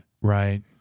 Right